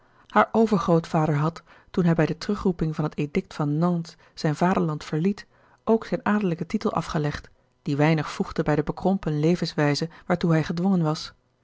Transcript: haar overgrootvader had toen hij bij de terugroeping van het edict van nantes zijn vaderland verliet ook zijn adellijken titel afgelegd die weinig voegde bij de bekrompen levenswijze waartoe hij gedwongen was